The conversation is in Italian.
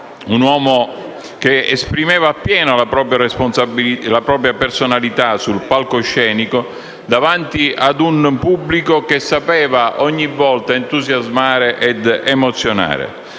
un uomo che esprimeva appieno la propria personalità sul palcoscenico, davanti a un pubblico che sapeva ogni volta entusiasmare ed emozionare.